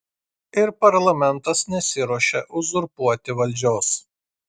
ir parlamentas nesiruošia uzurpuoti valdžios